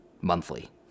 monthly